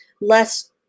less